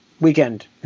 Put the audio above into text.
weekend